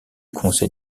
conseil